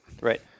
Right